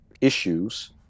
issues